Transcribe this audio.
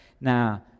Now